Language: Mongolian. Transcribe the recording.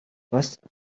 бас